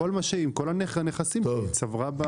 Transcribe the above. עם כל הנכסים שהיא צברה.